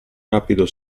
rapido